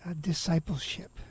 discipleship